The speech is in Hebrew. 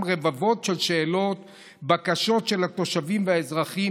רבבות של שאלות ובקשות של התושבים והאזרחים,